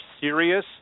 serious